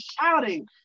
shouting